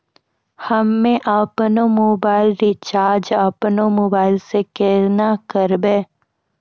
हम्मे आपनौ mobile recharge आपनौ मोबाइल से केना करवै?